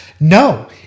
No